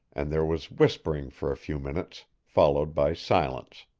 and there was whispering for a few minutes, followed by silence.